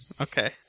Okay